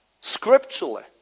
Scripturally